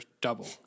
double